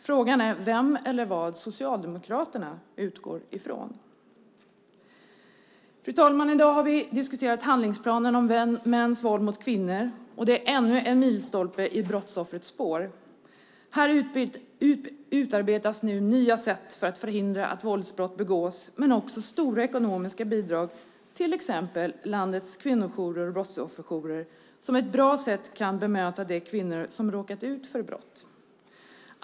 Frågan är vem eller vad Socialdemokraterna utgår från. Fru talman! I dag har vi diskuterat handlingsplanen om mäns våld mot kvinnor. Det är ännu en milstolpe i brottsoffrets spår. Här utarbetas nu nya sätt för att förhindra att våldsbrott begås, men här ges också stora ekonomiska bidrag till exempelvis landets kvinnojourer och brottsofferjourer som på ett bra sätt kan bemöta de kvinnor som har råkat ut för brott.